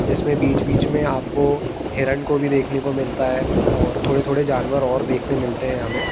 जिसमें बीच बीच में आपको हिरण को भी देखने को मिलता है और थोड़े थोड़े जानवर और देखने मिलते हैं हमें